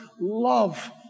love